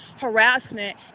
harassment